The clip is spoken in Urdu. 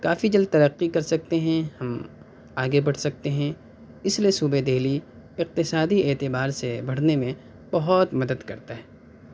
کافی جلد ترقی کر سکتے ہیں ہم آگے بڑھ سکتے ہیں اِس لئے صوبے دہلی اقتصادی اعتبار سے بڑھنے میں بہت مدد کرتا ہے